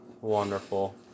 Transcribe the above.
wonderful